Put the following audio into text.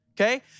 okay